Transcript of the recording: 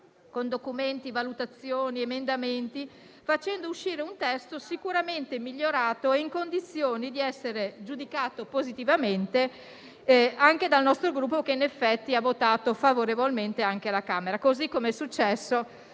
con documenti, valutazione ed emendamenti, producendo un testo sicuramente migliorato ed in condizioni di essere giudicato positivamente anche dal nostro Gruppo, che in effetti, come ha votato favorevolmente alla Camera, così ha fatto